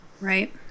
right